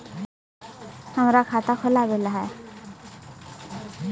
हमरा खाता खोलाबे ला है?